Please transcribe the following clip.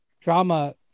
drama –